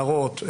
הערות,